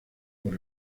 por